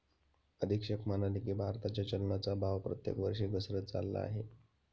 अधीक्षक म्हणाले की, भारताच्या चलनाचा भाव प्रत्येक वर्षी घसरत चालला आहे